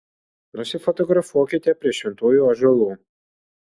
nusifotografuokite prie šventųjų ąžuolų